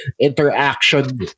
interaction